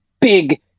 big